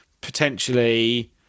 potentially